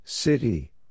City